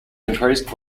increased